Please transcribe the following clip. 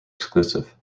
exclusive